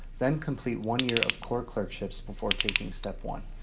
then complete one year of core clerkships before taking step one.